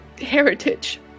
Heritage